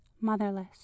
motherless